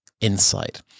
insight